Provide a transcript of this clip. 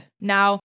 Now